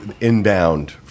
inbound